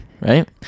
Right